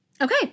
okay